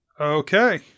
Okay